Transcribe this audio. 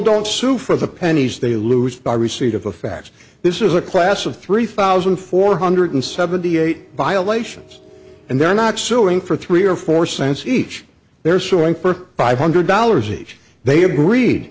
don't sue for the pennies they lose by receipt of a fax this is a class of three thousand four hundred seventy eight violations and they're not suing for three or four cents each they're suing for five hundred dollars each they h